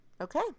Okay